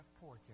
pork